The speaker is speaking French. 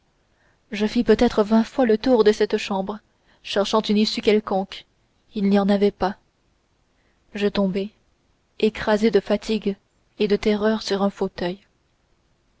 je fis peut-être vingt fois le tour de cette chambre cherchant une issue quelconque il n'y en avait pas je tombai écrasée de fatigue et de terreur sur un fauteuil